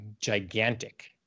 gigantic